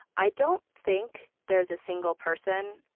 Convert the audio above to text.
i don't think there's a single person.